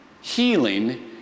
healing